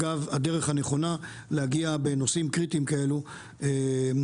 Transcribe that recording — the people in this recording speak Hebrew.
שזו אגב הדרך הנכונה להגיע בנושאים קריטיים כאלה להתקדמות.